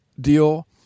deal